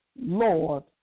Lord